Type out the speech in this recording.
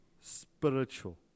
spiritual